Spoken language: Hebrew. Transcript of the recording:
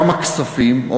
גם הכספים,